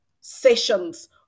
sessions